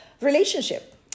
relationship